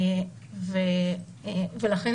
ועל זה